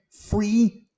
free